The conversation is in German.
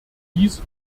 dies